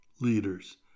leaders